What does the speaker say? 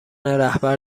رهبر